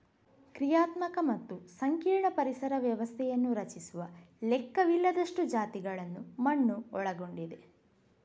ಕ್ರಿಯಾತ್ಮಕ ಮತ್ತು ಸಂಕೀರ್ಣ ಪರಿಸರ ವ್ಯವಸ್ಥೆಯನ್ನು ರಚಿಸುವ ಲೆಕ್ಕವಿಲ್ಲದಷ್ಟು ಜಾತಿಗಳನ್ನು ಮಣ್ಣು ಒಳಗೊಂಡಿದೆ